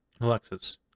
Alexis